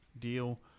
deal